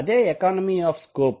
అదే economy of scope